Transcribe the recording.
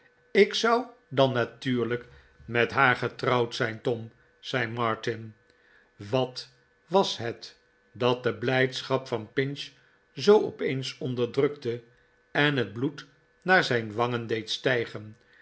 ik zou dan natuurlijk met haar getrouwd zijn tom zei martin wat was het dat de blijdschap van pinch zoo opeens onderdrukte en het bloed naar zijn wangen deed stij